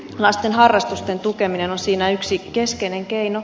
lasten harrastusten tukeminen on siinä yksi keskeinen keino